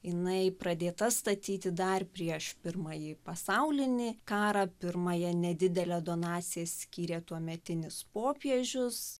jinai pradėta statyti dar prieš pirmąjį pasaulinį karą pirmąją nedidelę donasiją skyrė tuometinis popiežius